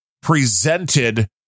presented